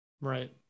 Right